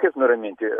kaip nuraminti